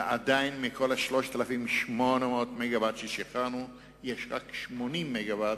ועדיין מכל 3,800 המגוואט ששחררנו יש רק 80 מגוואט,